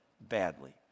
badly